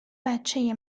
بچه